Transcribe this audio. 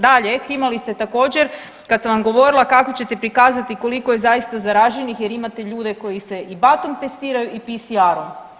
Dalje, kimali ste također kad sam vam govorila kako ćete prikazati koliko je zaista zaraženih jer imate ljude koji se i batom testiraju i PSR-om.